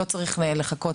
לא צריך לחכות,